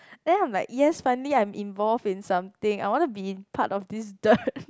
then I'm like yes finally I'm involved in something I want to be in part of this dirt